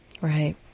Right